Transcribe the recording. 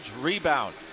rebound